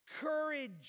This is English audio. courage